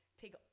take